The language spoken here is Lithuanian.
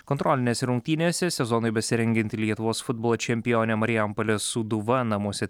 kontrolinėse rungtynėse sezonui besirengianti lietuvos futbolo čempionė marijampolės sūduva namuose